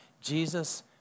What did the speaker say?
Jesus